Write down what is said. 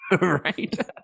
Right